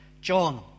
John